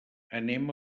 anem